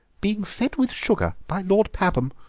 being fed with sugar by lord pabham.